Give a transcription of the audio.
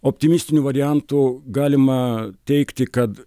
optimistinių variantų galima teigti kad